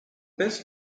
best